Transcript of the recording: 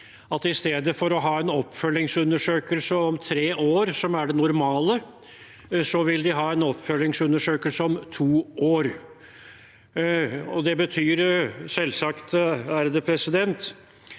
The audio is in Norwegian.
at i stedet for å ha en oppfølgingsundersøkelse om tre år, som er det normale, vil de ha en oppfølgingsundersøkelse om to år. Det betyr selvsagt at hvis det